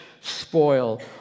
spoil